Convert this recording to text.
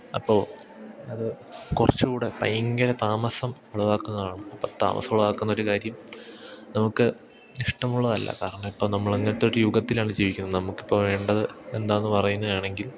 അപ്പോള് അത് കുറച്ചുകൂടെ ഭയങ്കര താമസം ഉളവാക്കുന്നതാണ് അപ്പോള് താമസം ഉളവാക്കുന്നൊരു കാര്യം നമുക്ക് ഇഷ്ടമുള്ളതല്ല കാരണം ഇപ്പോള് നമ്മളങ്ങനത്തെരു യുഗത്തിലാണ് ജീവിക്കുന്നത് നമുക്കിപ്പോള് വേണ്ടത് എന്താണെന്നു പറയുകയാണെങ്കിൽ